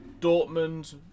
Dortmund